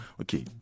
Okay